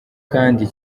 kandi